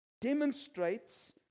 demonstrates